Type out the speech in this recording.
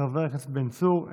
חבר הכנסת בן צור,